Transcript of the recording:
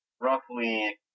roughly